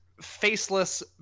faceless